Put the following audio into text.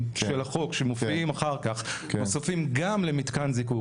של החוק שמופיעים אחר כך נוספים גם למתקן זיקוק,